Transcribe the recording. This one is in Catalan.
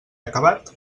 acabat